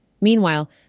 Meanwhile